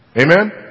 Amen